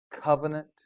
covenant